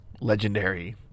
legendary